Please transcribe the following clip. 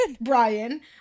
Brian